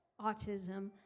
autism